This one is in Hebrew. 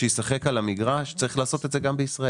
שישחק על המגרש, צריך לעשות את זה גם בישראל.